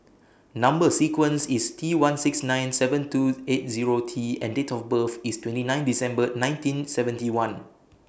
Number sequence IS T one six nine seven two eight Zero T and Date of birth IS twenty nine December nineteen seventy one